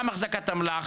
גם החזקת אמל"ח,